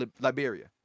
Liberia